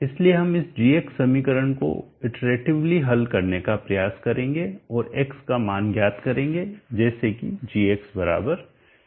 इसलिए हम इस g समीकरण को इटरेटिवली हल करने का प्रयास करेंगे और x का मान ज्ञात करेंगे जैसे कि g बराबर 0 है